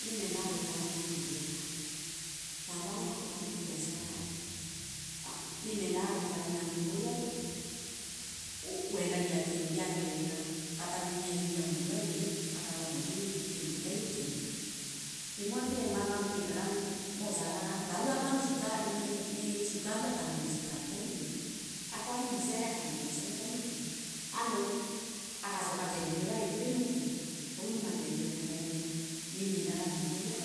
Nimendaga gwikaria na andu wega ta andu aria makoragwa mai biasharari. Nimendaga gwikira na mundu wendagia kindu giake wega ataririnyaga mundu aria wingi akava mundu kindu gitai gikunyu rimwe ki amwe mosaga ta riu wakorwa ni sukari akamenderia atai nginyu akorwo ni mucere atai mukunyu agacoka akenderia wing iwi makinyu vau ni mapendeleo matai mega nimendaga mundu uria